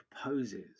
proposes